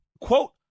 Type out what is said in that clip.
Quote